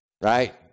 right